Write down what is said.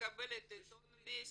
ומקבלת את עיתון וסטי.